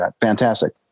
Fantastic